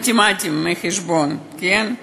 מתמטיים, חשבון, כן?